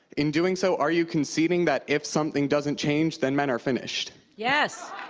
in doing so, are you conceding that if something doesn't change, then men are finished? yes.